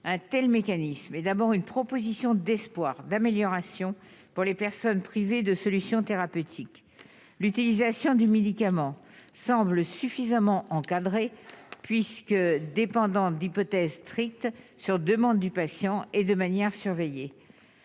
hein tels mécanismes est d'abord une proposition d'espoir d'amélioration pour les personnes privées de solutions thérapeutiques, l'utilisation du médicament semble suffisamment encadré puisque dépendant d'hypothèses sur demande du patient et de manière surveillée